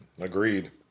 agreed